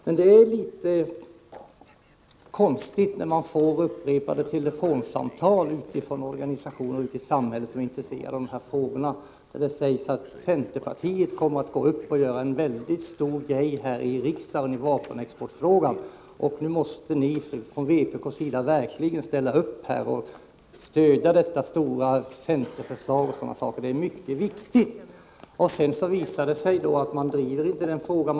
Men det är litet konstigt när man får upprepade telefonsamtal från organisationer ute i samhället som är intresserade av de här frågorna, där det sägs att centerpartiet kommer att göra en väldigt stor grej här i riksdagen i vapenexportfrågan, och nu måste ni från vpk:s sida verkligen ställa upp och stödja detta stora centerförslag — det är mycket viktigt. Sedan visar det sig att man inte driver den frågan.